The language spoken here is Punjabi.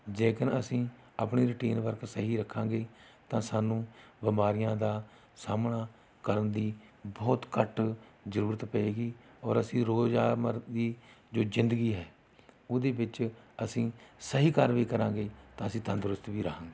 ਜੇਕਰ ਅਸੀਂ ਆਪਣੀ ਰੋਟੀਨ ਵਰਕ ਸਹੀ ਰੱਖਾਂਗੇ ਤਾਂ ਸਾਨੂੰ ਬਿਮਾਰੀਆਂ ਦਾ ਸਾਹਮਣਾ ਕਰਨ ਦੀ ਬਹੁਤ ਘੱਟ ਜ਼ਰੂਰਤ ਪਵੇਗੀ ਔਰ ਅਸੀਂ ਰੋਜ਼ਮਰਾ ਦੀ ਜੋ ਜ਼ਿੰਦਗੀ ਹੈ ਉਹਦੇ ਵਿੱਚ ਅਸੀਂ ਸਹੀ ਕਾਰਵਾਈ ਕਰਾਂਗੇ ਤਾਂ ਅਸੀਂ ਤੰਦਰੁਸਤ ਵੀ ਰਹਾਂਗੇ